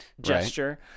gesture